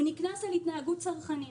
הוא נקנס על התנהגות צרכנית.